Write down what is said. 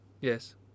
Yes